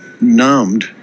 numbed